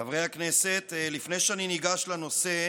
חברי הכנסת, לפני שאני ניגש לנושא,